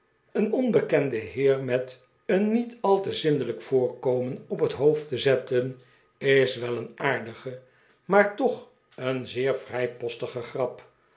een onbekenden heer met een niet al te zindelijk voorkomen op het hoofd te zetten is wel een aardige maar toch een zeer vrijpostige grap